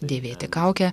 dėvėti kaukę